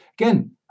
again